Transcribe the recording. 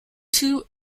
two